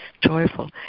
joyful